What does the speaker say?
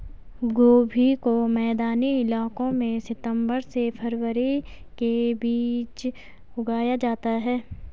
गोभी को मैदानी इलाकों में सितम्बर से फरवरी के बीच उगाया जाता है